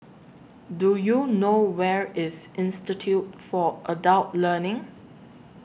Do YOU know Where IS Institute For Adult Learning